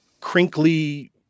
crinkly